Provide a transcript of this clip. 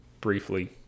briefly